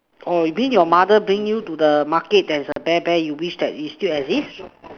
orh you mean your mother bring you to the Market there's a bear bear you wish that it still exist